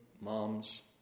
mom's